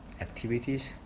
Activities